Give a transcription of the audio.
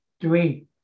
Three